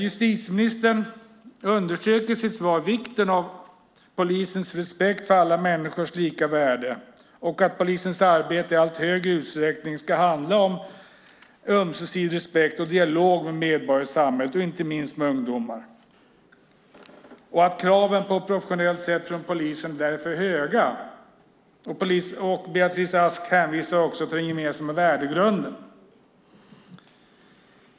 Justitieministern understryker i sitt svar vikten av polisens respekt för alla människors lika värde och att polisens arbete i allt större utsträckning ska handla om ömsesidig respekt och dialog med medborgare i samhället, inte minst med ungdomar. Kraven på professionellt sätt från polisen är därför höga. Beatrice Ask hänvisar till den gemensamma värdegrunden.